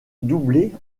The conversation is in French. doublé